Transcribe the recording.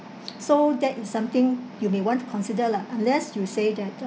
so that is something you may want to consider lah unless you say that